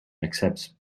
accepts